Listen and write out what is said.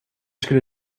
skulle